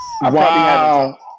Wow